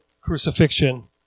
crucifixion